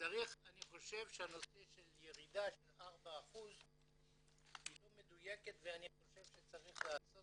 אני חושב שנושא של ירידה של 4% לא מדויק וצריך לעשות